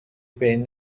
بین